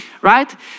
Right